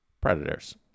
Predators